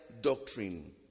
doctrine